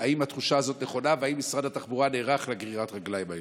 האם התחושה הזאת נכונה והאם משרד התחבורה נערך לגרירת הרגליים הזאת?